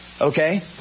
okay